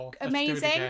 amazing